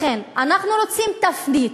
לכן אנחנו רוצים תפנית,